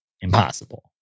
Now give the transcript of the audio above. impossible